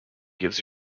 gives